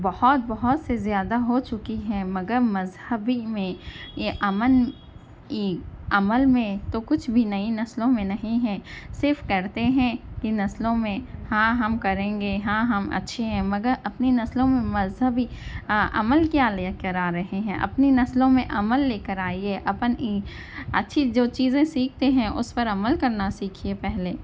بہت بہت سے زیادہ ہو چکی ہے مگر مذہبی میں یہ امن عمل میں تو کچھ بھی نئی نسلوں میں نہیں ہے صرف کرتے ہیں کہ نسلوں میں ہاں ہم کریں گے ہاں ہم اچھے ہیں مگر اپنی نسلوں میں مذہبی عمل کیا لے کر آ رہے ہیں اپنی نسلوں میں عمل لے کر آئیے اپن اچّھی جو چیزیں سیکھتے ہیں اُس پر عمل کرنا سیکھیے پہلے